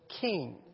king